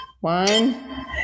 one